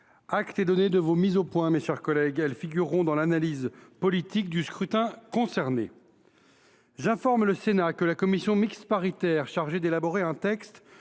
Acte est donné de ces mises au point, mes chers collègues. Elles figureront dans l’analyse politique des scrutins concernés. J’informe le Sénat que la commission mixte paritaire chargée d’élaborer un texte